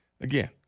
again